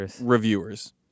reviewers